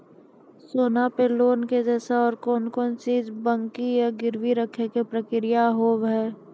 सोना पे लोन के जैसे और कौन कौन चीज बंकी या गिरवी रखे के प्रक्रिया हाव हाय?